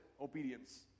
obedience